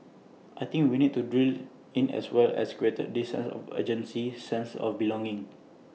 I think we need to drill in as well as create this sense of urgency sense of belonging